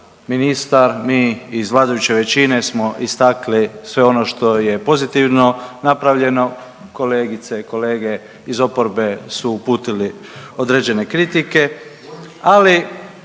ministar, mi iz vladajuće većine smo istakli sve ono što je pozitivno napravljeno, kolegice i kolege iz oporbe su uputili određene kritike. Ali